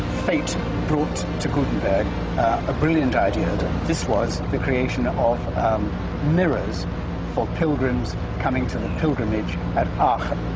fate brought to gutenberg a brilliant idea. this was the creation of of mirrors for pilgrims coming to the pilgrimage at ah